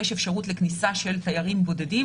יש אפשרות לכניסה של תיירים בודדים